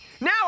Now